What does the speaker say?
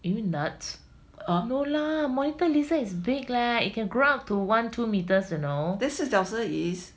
四脚蛇 is